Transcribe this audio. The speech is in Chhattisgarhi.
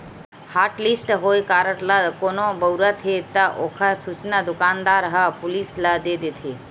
हॉटलिस्ट होए कारड ल कोनो बउरत हे त ओखर सूचना दुकानदार ह पुलिस ल दे देथे